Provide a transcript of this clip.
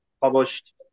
published